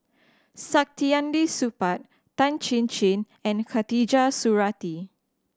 Saktiandi Supaat Tan Chin Chin and Khatijah Surattee